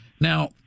Now